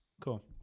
Cool